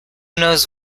knows